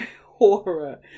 horror